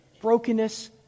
Brokenness